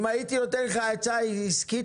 אם הייתי נותן לך עצה עסקית,